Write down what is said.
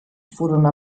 furono